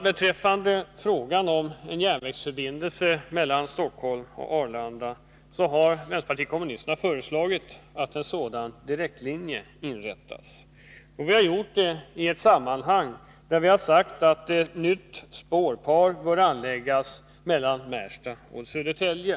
Beträffande frågan om en järnvägsförbindelse mellan Stockholm och Arlanda har vpk föreslagit att en sådan direktlinje inrättas. Vi har i detta sammanhang sagt att ett nytt spårpar bör anläggas mellan Märsta och Södertälje.